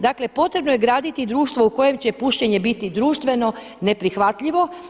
Dakle potrebno je graditi društvo u kojem će pušenje biti društveno neprihvatljivo.